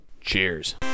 Cheers